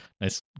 nice